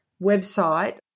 website